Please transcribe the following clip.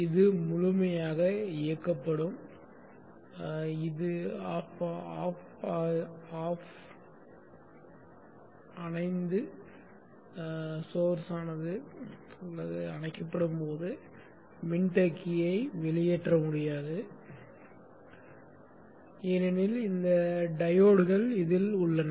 இப்போது இது அணைந்து மூலமானது அணைக்கப்படும்போது மின்தேக்கியை வெளியேற்ற முடியாது ஏனெனில் இந்த டையோட்கள் இதில் உள்ளன